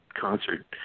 concert